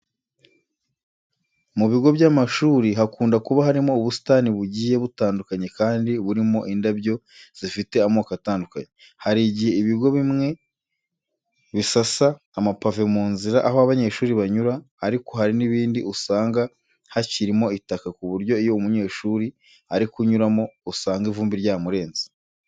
Mu bigo by'amashuri hakunda kuba harimo ubusitani bugiye butandukanye kandi burimo indabyo zifite amoko atandukanye. Hari igihe ibigo bimwe bisasa amapave mu nzira aho abanyeshuri banyura ariko hari n'ibindi usanga hakirimo itaka ku buryo iyo umunyeshuri ari kunyuramo usanga ivumbi ryamurenze.